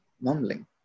mumbling